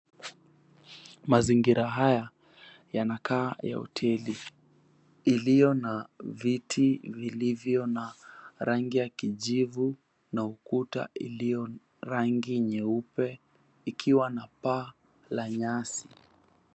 Mazingira haya, yanakaa ya hoteli, iliyo na viti vilivyo na rangi ya kijivu na ukuta iliyo rangi nyeupe ikiwa na paa la nyasi.